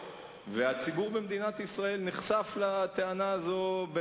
הציבור במדינת ישראל נחשף לטענה הזאת,